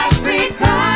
Africa